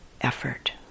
effort